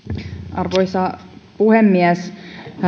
arvoisa puhemies